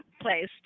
place